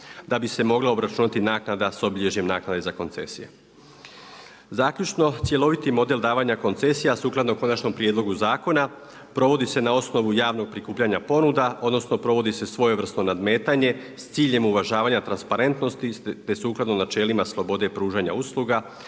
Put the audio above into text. da bi se mogla obračunati naknada s obilježjem naknade za koncesije. Zaključno, cjeloviti model davanja koncesija a sukladno konačnom prijedlogu zakona provodi se na osnovu javnog prikupljanja ponuda, odnosno provodi se svojevrsno nadmetanje s ciljem uvažavanja transparentnosti te sukladno načelima slobode pružanja usluga